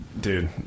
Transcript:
dude